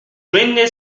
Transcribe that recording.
juigné